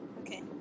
okay